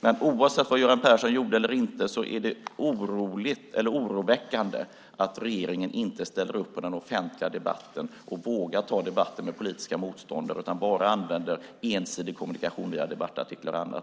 Men oavsett vad Göran Persson gjorde eller inte gjorde är det oroväckande att regeringen inte ställer upp i den offentliga debatten och vågar ta debatten med politiska motståndare utan bara använder ensidig kommunikation via debattartiklar och annat.